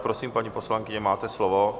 Prosím, paní poslankyně, máte slovo.